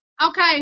okay